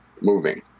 moving